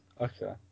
Okay